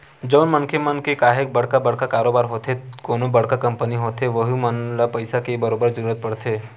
जउन मनखे मन के काहेक बड़का बड़का कारोबार होथे कोनो बड़का कंपनी होथे वहूँ मन ल पइसा के बरोबर जरूरत परथे